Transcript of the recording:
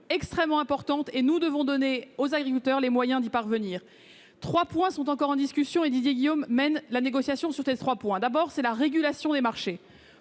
extrêmement importante, et nous devons donner aux agriculteurs les moyens d'y parvenir. Trois points sont encore en discussion, sur lesquels Didier Guillaume mène la négociation. Premièrement, il s'agit de la régulation des marchés,